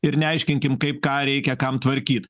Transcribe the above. ir neaiškinkim kaip ką reikia kam tvarkyt